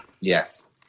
Yes